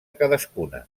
cadascuna